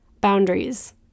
boundaries